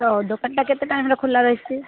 ତ ଦୋକାନଟା କେତେ ଟାଇମ୍ରେ ଖୋଲା ରହିଛି